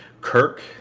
Kirk